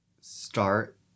start